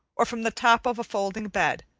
or from the top of a folding bed,